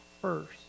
first